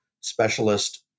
specialist